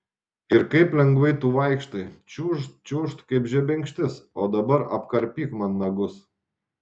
ir kaip lengvai tu vaikštai čiūžt čiūžt kaip žebenkštis o dabar apkarpyk man nagus